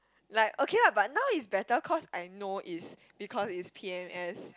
like okay lah but now is better cause I know is because is P_M_S